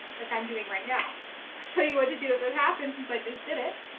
like i'm doing right now, i'll show you what to do if it happens, since i just did it,